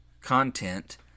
content